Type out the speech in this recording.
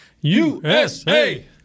USA